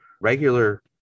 regular